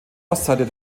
ostseite